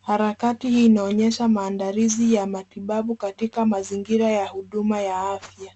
Harakati hii inaonyesha maandalizi ya matibabu katika mazingira ya huduma ya afya.